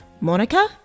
Monica